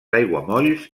aiguamolls